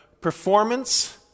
performance